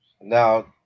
Now